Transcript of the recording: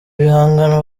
bihangano